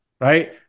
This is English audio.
right